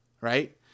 right